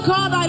God